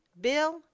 Bill